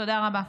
תודה רבה.